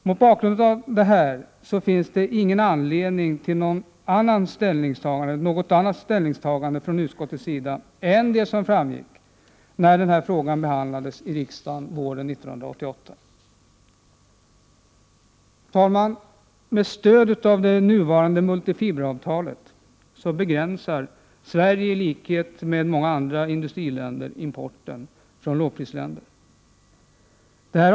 Mot den bakgrunden finns det ingen anledning till något annat ställningstagande från utskottets sida än det som gjordes när frågan behandlades i riksdagen våren 1988. Herr talman! Med stöd av det nuvarande multifiberavtalet begränsar Sverige, i likhet med många andra industriländer, importen från lågprisländerna.